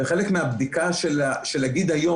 בחלק מהבדיקה של נגיד היום,